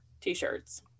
t-shirts